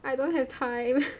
I don't have time